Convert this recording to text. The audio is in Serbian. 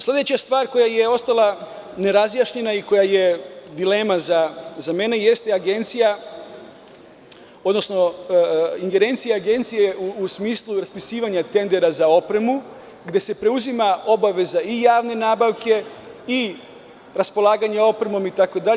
Sledeća stvar koja je ostala nerazjašnjena i koja je dilema za mene jeste ingerencija agencije u smislu raspisivanja tendera za opremu, gde se preuzima obaveza i javne nabavke i raspolaganja opremom itd.